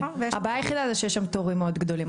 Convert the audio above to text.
הבעיה היחידה זה שיש שם תורים מאוד גדולים.